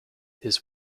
his